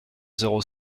zéro